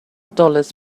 dollars